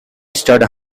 stud